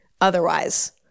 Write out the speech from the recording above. otherwise